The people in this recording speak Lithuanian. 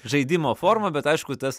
žaidimo forma bet aišku tas